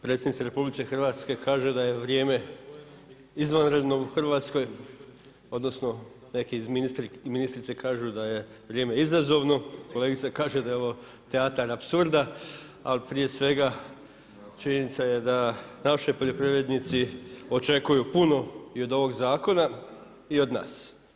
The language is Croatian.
Predsjednica RH kaže da je vrijeme izvanredno u Hrvatskoj, odnosno neke ministrice kažu da je vrijeme izazovno, kolegica kaže da je ovo teatar apsurda ali prije svega činjenica je da naši poljoprivrednici očekuju puno i od ovog zakona i od nas.